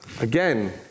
Again